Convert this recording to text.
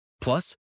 Plus